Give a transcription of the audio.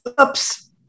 oops